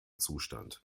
zustand